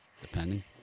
depending